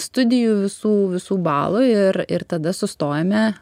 studijų visų visų balų ir ir tada sustojame